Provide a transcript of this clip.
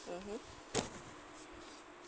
mmhmm